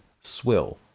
Swill